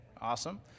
Awesome